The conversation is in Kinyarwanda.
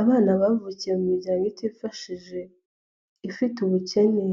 Abana bavukiye mu miryango itifashije ifite ubukene,